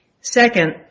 Second